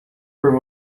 por